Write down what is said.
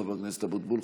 חבר הכנסת אבוטבול,